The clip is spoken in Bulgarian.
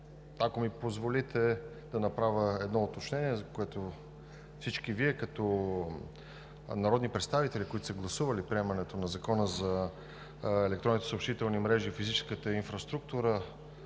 Ако ми позволите да направя едно уточнение, за което всички Вие като народни представители, които са гласували приемането на Закона за електронните съобщителни мрежи и физическата инфраструктура